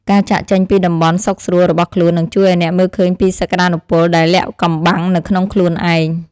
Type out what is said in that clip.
ការចាកចេញពីតំបន់សុខស្រួលរបស់ខ្លួននឹងជួយឱ្យអ្នកមើលឃើញពីសក្តានុពលដែលលាក់កំបាំងនៅក្នុងខ្លួនឯង។